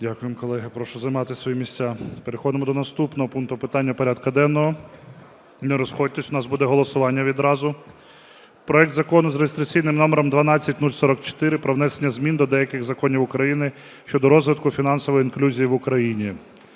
Дякую, колеги. Прошу займати свої місця. Переходимо до наступного пункту питань порядку денного. Не розходьтесь, у нас буде голосування відразу. Проект закону за реєстраційним номером 12044: про внесення змін до деяких законів України щодо розвитку фінансової інклюзії в Україні.